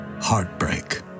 heartbreak